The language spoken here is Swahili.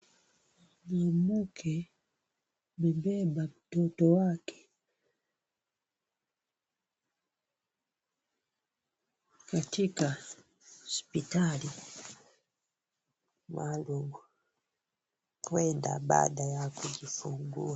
Ni mke amebeba mtoto wake katika hospitali maalum huenda baada ya kujifungua.